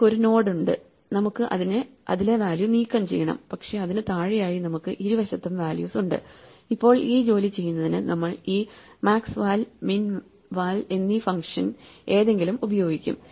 നമുക്ക് ഒരു നോഡ് ഉണ്ട് നമുക്ക് അതിലെ വാല്യൂ നീക്കംചെയ്യണം പക്ഷേ അതിനു താഴെയായി നമുക്ക് ഇരുവശത്തും വാല്യൂസ് ഉണ്ട് ഇപ്പോൾ ഈ ജോലി ചെയ്യുന്നതിന് നമ്മൾ ഈ maxval minval എന്നീ ഫംഗ്ഷൻ ഏതെങ്കിലും ഉപയോഗിക്കും